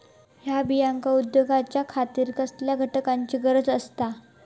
हया बियांक उगौच्या खातिर कसल्या घटकांची गरज आसता?